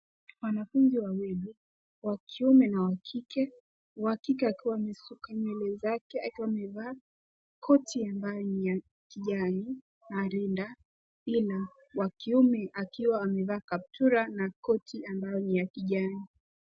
Wanafunzi wawili, wa kiume na wa kike. Wa kike akiwa amesuka nywele zake akiwa amevaa koti ambayo ni ya kijani na rinda hilo. Wakiume akiwa amevaa kaptura na koti ambayo ni ya kijani.